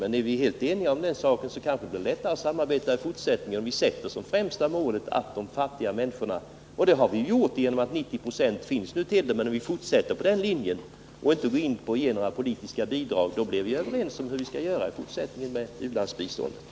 Men är vi nu helt eniga om den saken, blir det kanske lättare att samarbeta i fortsättningen, dvs. om vi sätter som det främsta målet att vi skall hjälpa de fattiga människorna. Denna målsättning har vi följt och ger nu 90 92 i sådana bidrag. Vi bör fortsätta att följa den linjen och inte ge oss in på att lämna politiska bidrag. I så fall blir vi i fortsättningen överens om hur vi skall göra med u-landsbiståndet.